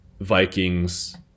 Vikings